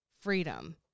Freedom